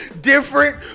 different